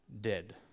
dead